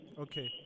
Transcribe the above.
Okay